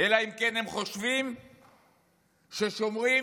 אלא אם כן הם חושבים שיהדות זה שומרים